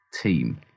team